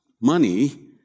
money